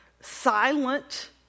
silent